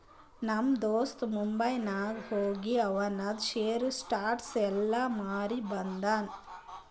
ನಮ್ ದೋಸ್ತ ಮುಂಬೈನಾಗ್ ಹೋಗಿ ಆವಂದ್ ಶೇರ್, ಸ್ಟಾಕ್ಸ್ ಎಲ್ಲಾ ಮಾರಿ ಬಂದುನ್